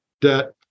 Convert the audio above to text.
debt